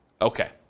Okay